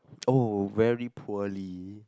oh very poorly